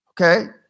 Okay